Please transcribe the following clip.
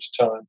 time